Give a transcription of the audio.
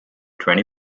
twenty